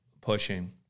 pushing